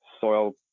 soil